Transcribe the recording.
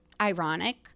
ironic